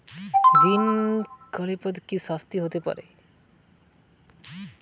ঋণ খেলাপিদের কি শাস্তি হতে পারে?